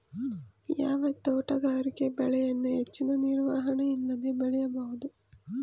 ಯಾವ ತೋಟಗಾರಿಕೆ ಬೆಳೆಯನ್ನು ಹೆಚ್ಚಿನ ನಿರ್ವಹಣೆ ಇಲ್ಲದೆ ಬೆಳೆಯಬಹುದು?